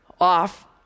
off